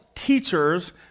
teachers